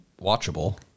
watchable